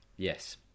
Yes